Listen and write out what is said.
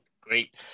Great